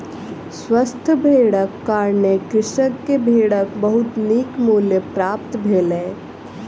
स्वस्थ भेड़क कारणें कृषक के भेड़क बहुत नीक मूल्य प्राप्त भेलै